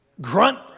grunt